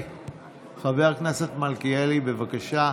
חבר הכנסת מלכיאלי, חבר הכנסת מלכיאלי, בבקשה,